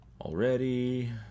Already